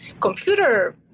computer